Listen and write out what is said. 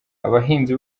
abahinzi